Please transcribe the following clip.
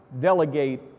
delegate